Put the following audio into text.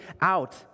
out